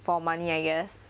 for money I guess